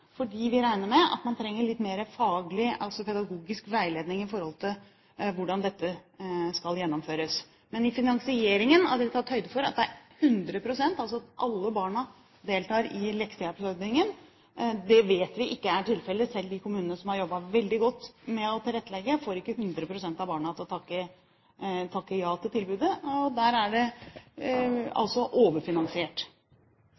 fordi vi regner med at man trenger litt mer faglig, pedagogisk, veiledning med tanke på hvordan dette skal gjennomføres. Men i finansieringen er det tatt høyde for at det er 100 pst., at altså alle barna deltar i leksehjelpsordningen. Det vet vi ikke er tilfellet. Selv de kommunene som har jobbet veldig godt med å tilrettelegge, får ikke 100 pst. av barna til å takke ja til tilbudet. Der er det